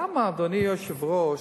למה, אדוני היושב-ראש,